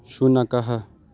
शुनकः